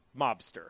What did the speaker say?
mobster